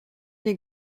les